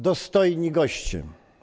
Dostojni Goście!